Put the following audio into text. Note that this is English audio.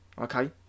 Okay